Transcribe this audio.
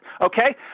Okay